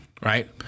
Right